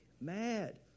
mad